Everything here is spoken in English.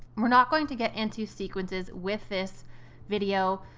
we're not going to get into sequences with this video,